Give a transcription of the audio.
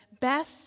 best